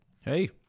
Hey